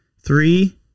three